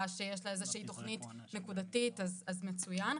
שיש לה איזושהי תוכנית נקודתית אז מצוין,